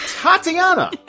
Tatiana